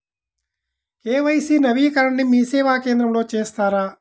KYC నవీకరణని మీసేవా కేంద్రం లో చేస్తారా?